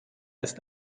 ist